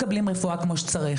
הוא לא מקבל רפואה כמו שצריך.